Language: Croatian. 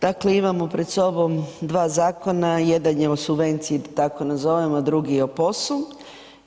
Dakle, imamo pred sobom dva zakona, jedan o subvenciji, da tako nazovemo, a drugi je o POS-u.